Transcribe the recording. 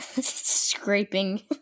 scraping